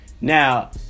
Now